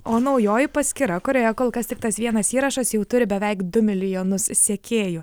o naujoji paskyra kurioje kol kas tik tas vienas įrašas jau turi beveik du milijonus sekėjų